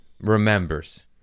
remembers